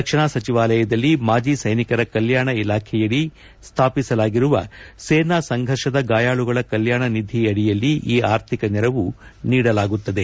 ರಕ್ಷಣಾ ಸಚಿವಾಲಯದಲ್ಲಿ ಮಾಜಿ ಸ್ನೆನಿಕರ ಕಲ್ಲಾಣ ಇಲಾಖೆಯಡಿ ಸ್ವಾಪಿಸಲಾಗಿರುವ ಸೇನಾ ಸಂಘರ್ಷದ ಗಾಯಾಳುಗಳ ಕಲ್ಲಾಣ ನಿಧಿ ಅಡಿಯಲ್ಲಿ ಈ ಆರ್ಥಿಕ ನೆರವು ನೀಡಲಾಗುತ್ತದೆ